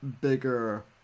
bigger